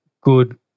good